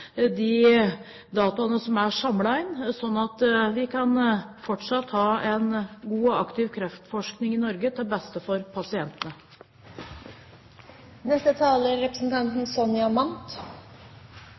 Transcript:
de dataene som er samlet inn, så vi fortsatt kan ha en god og aktiv kreftforskning i Norge, til beste for pasientene.